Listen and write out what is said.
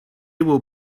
will